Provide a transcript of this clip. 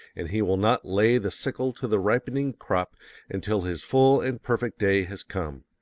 and he will not lay the sickle to the ripening crop until his full and perfect day has come.